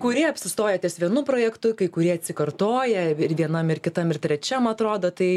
kurie apsistoja ties vienu projektu kai kurie atsikartoja ir vienam ir kitam ir trečiam atrodo tai